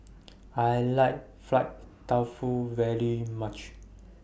I like Fried Tofu very much